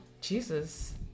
Jesus